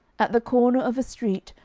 at the corner of a street,